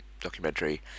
documentary